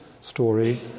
story